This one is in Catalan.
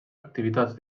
activitats